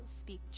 speak